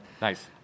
Nice